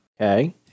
Okay